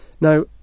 Now